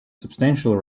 substantial